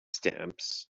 stamps